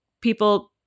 people